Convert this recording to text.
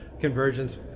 Convergence